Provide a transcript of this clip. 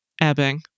ebbing